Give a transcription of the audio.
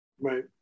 Right